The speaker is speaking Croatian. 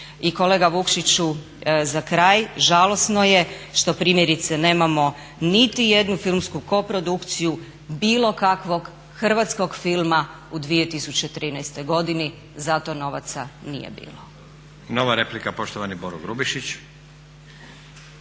I kolega Vukšiću za kraj, žalosno je što primjerice nemamo niti jednu filmsku koprodukciju bilo kakvog hrvatskog filma u 2013. godini, zato novaca nije bilo. **Stazić, Nenad (SDP)** Nova replika, poštovani Boro Grubišić.